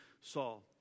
Saul